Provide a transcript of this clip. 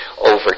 over